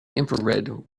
infrared